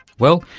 well,